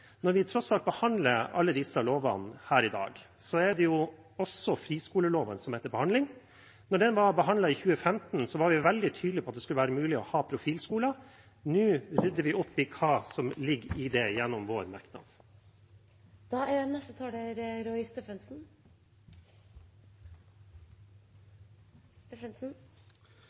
når vi tross alt behandler alle disse lovene her i dag, er at også friskoleloven er til behandling. Da den ble behandlet i 2015, var vi veldig tydelige på at det skulle være mulig å ha profilskoler. Nå rydder vi opp i hva som ligger i det gjennom vår merknad. Dette er